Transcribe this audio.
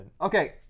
Okay